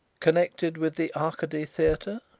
connected with the arcady theatre?